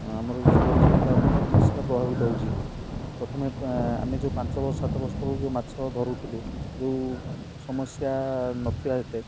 ଆମର ଜୀବନ ଜୀବିକା ଉପରେ ନିଶ୍ଚିନ୍ତ ପ୍ରଭାବିତ ହେଉଛି ପ୍ରଥମେ ଆମେ ଯେଉଁ ପାଞ୍ଚ ସାତ ବର୍ଷ ତଳୁ ଯେଉଁ ମାଛ ଧରୁଥିଲୁ ଯେଉଁ ସମସ୍ୟା ନଥିଲା ଏତେ